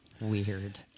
Weird